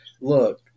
look